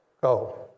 Go